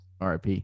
RIP